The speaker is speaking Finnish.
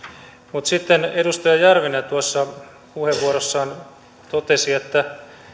mutta sitten edustaja järvinen tuossa puheenvuorossaan totesi että